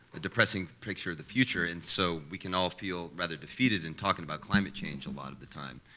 a depressing picture of the future and so we can all feel rather defeated in talking about climate change a lot of the time,